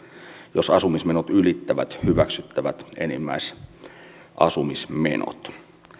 jos asumismenot ylittävät hyväksyttävät enimmäisasumismenot